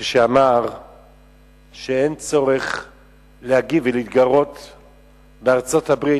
כשאמר שאין צורך להגיב ולהתגרות בארצות-הברית,